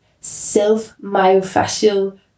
self-myofascial